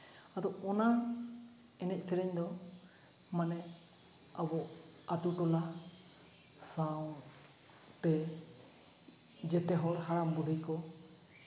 ᱟᱫᱚ ᱚᱱᱟ ᱮᱱᱮᱡ ᱥᱮᱨᱮᱧ ᱫᱚ ᱢᱟᱱᱮ ᱟᱵᱚ ᱟᱛᱳ ᱴᱚᱞᱟ ᱥᱟᱶᱛᱮ ᱡᱮᱛᱮ ᱦᱚᱲ ᱦᱟᱲᱟᱢᱼᱵᱩᱰᱦᱤ ᱠᱚ